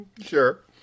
Sure